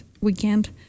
weekend